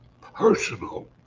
personal